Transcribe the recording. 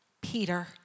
Peter